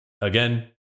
Again